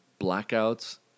blackouts